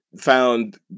found